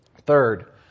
Third